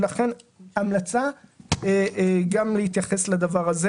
ולכן אני ממליץ לעשות את זה.